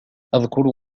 أذكر